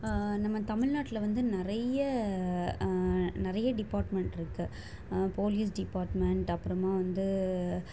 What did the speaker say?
நம்ம தமில்நாட்டில் வந்து நிறைய நிறைய டிபார்ட்மெண்ட்ருக்குது போலீஸ் டிபார்ட்மெண்ட் அப்புறமா வந்து